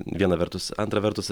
viena vertus antra vertus